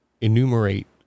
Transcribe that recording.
enumerate